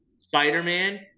Spider-Man